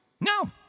No